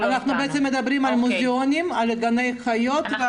אנחנו בעצם מדברים על מוזיאונים, על גני חיות.